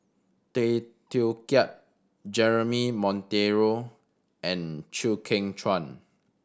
Tay Teow Kiat Jeremy Monteiro and Chew Kheng Chuan